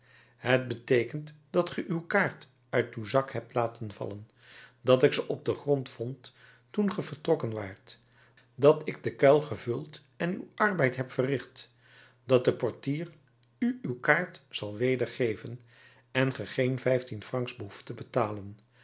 het beteekent dat ge uw kaart uit uw zak hebt laten vallen dat ik ze op den grond vond toen ge vertrokken waart dat ik den kuil gevuld en uw arbeid heb verricht dat de portier u uw kaart zal wedergeven en ge geen vijftien francs behoeft te betalen